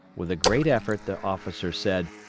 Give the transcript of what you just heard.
with a great effort the officer said,